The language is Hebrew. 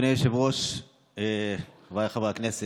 אדוני היושב-ראש, חבריי חברי הכנסת,